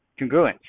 congruence